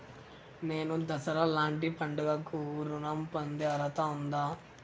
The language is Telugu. నేను దసరా లాంటి పండుగ కు ఋణం పొందే అర్హత ఉందా?